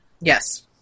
Yes